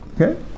okay